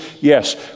yes